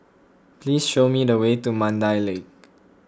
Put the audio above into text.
please show me the way to Mandai Lake